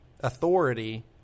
authority